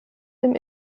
dem